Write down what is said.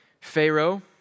Pharaoh